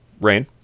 rain